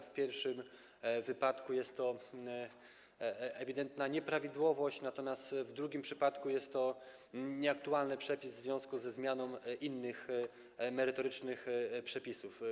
W pierwszym wypadku jest to ewidentna nieprawidłowość, natomiast w drugim wypadku jest to nieaktualny przepis w związku ze zmianą innych merytorycznych przepisów.